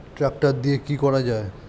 Tractor দিয়ে কি করা যায়?